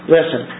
Listen